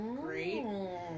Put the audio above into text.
great